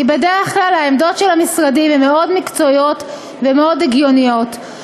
כי בדרך כלל העמדות של המשרדים הן מאוד מקצועיות ומאוד הגיוניות.